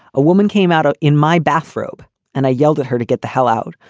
a woman came out of in my bathrobe and i yelled at her to get the hell out.